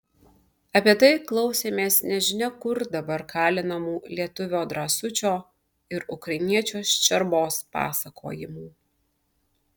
apie tai klausėmės nežinia kur dabar kalinamų lietuvio drąsučio ir ukrainiečio ščerbos pasakojimų